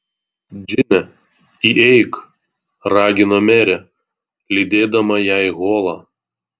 džine įeik ragino merė lydėdama ją į holą